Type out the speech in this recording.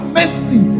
mercy